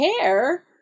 care